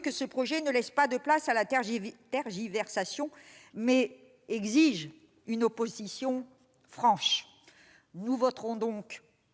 que ce projet ne laisse pas de place à la tergiversation ; il exige une opposition franche. Nous voterons donc